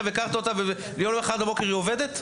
הכרת אותה ולמוחרת בבוקר היא עובדת?